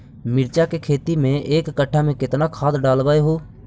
मिरचा के खेती मे एक कटा मे कितना खाद ढालबय हू?